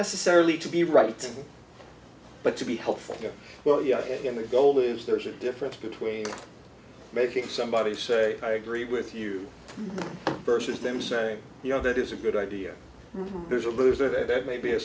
necessarily to be right but to be helpful well in the goal is there's a difference between making somebody say i agree with you versus them saying you know that is a good idea there's a loser that may be a